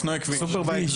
בספורט,